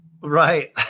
Right